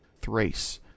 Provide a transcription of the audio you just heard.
thrace